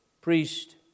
priest